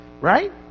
right